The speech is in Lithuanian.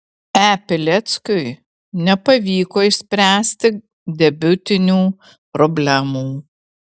e pileckiui nepavyko išspręsti debiutinių problemų